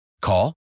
Call